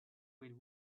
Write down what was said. with